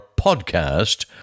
podcast